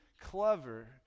clever